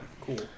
cool